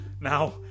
now